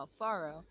Alfaro